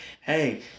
hey